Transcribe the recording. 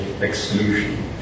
exclusion